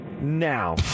now